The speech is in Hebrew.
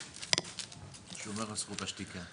שומר על זכות השתיקה.